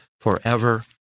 forever